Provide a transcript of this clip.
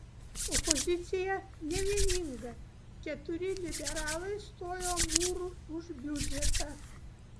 opozicija nevieninga keturi liberalai stojo mūru už biudžetą